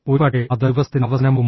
ഒരുപക്ഷേ അത് ദിവസത്തിന്റെ അവസാനമാകുമോ